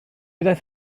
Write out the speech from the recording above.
ddaeth